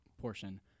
portion